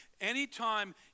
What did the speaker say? Anytime